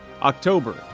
October